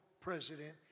president